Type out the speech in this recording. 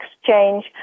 exchange